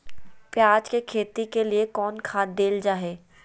प्याज के खेती के लिए कौन खाद देल जा हाय?